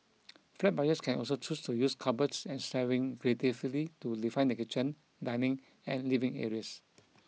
flat buyers can also choose to use cupboards and shelving creatively to define their kitchen dining and living areas